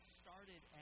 started